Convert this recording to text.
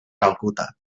calcuta